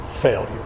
failure